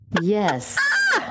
Yes